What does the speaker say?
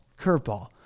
curveball